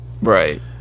right